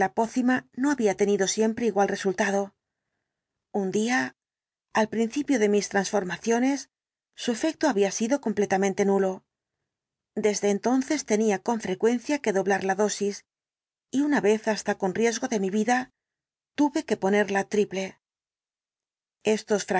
no había tenido siempre igual resultado un día al principio de mis transformaciones su efecto había sido completamente nulo desde entonces tenía con frecuencia que doblar la dosis y una vez hasta con riesgo de mi vida tuve que ponerla triple estos